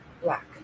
black